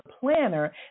planner